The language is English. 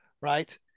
right